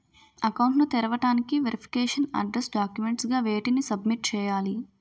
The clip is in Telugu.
అకౌంట్ ను తెరవటానికి వెరిఫికేషన్ అడ్రెస్స్ డాక్యుమెంట్స్ గా వేటిని సబ్మిట్ చేయాలి?